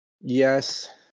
yes